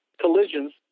collisions